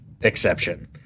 exception